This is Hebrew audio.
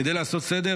כדי לעשות סדר,